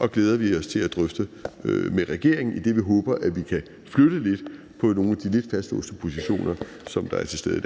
vi glæder os til at drøfte det med regeringen, idet vi håber, at vi kan flytte lidt på nogle af de lidt fastlåste positioner, som kommer til udtryk i